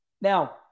Now